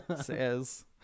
says